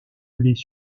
les